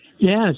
Yes